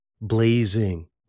blazing